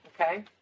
Okay